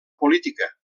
política